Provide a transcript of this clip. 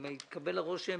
אם התקבל הרושם